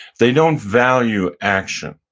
they don't value action.